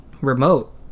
remote